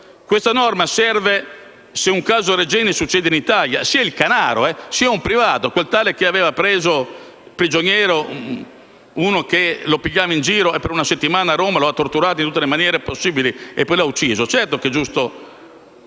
Questo provvedimento serve se un caso Regeni succede in Italia, sia il canaro, sia un privato, quel tale che aveva preso prigioniero uno che lo prendeva in giro, e per una settimana a Roma lo ha torturato in tutte le maniere possibili e poi lo ha ucciso: certo che è giusto